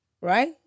right